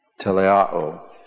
Teleao